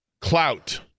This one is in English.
clout